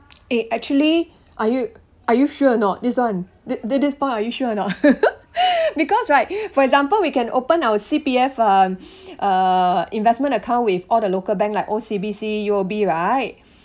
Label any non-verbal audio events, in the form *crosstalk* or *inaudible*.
eh actually are you are you sure or not this one the the this point are you sure or not *laughs* because right for example we can open our C_P_F um uh investment account with all the local bank like O_C_B_C U_O_B right